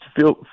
feel